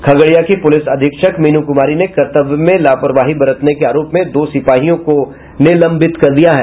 खगड़िया की पुलिस अधीक्षक मीनू कुमारी ने कर्तव्य में लापरवाही बरतने के आरोप में दो सिपाहियों को निलंबित कर दिया है